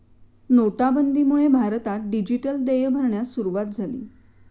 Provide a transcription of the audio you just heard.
नोटाबंदीमुळे भारतात डिजिटल देय भरण्यास सुरूवात झाली